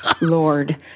Lord